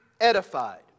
edified